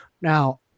Now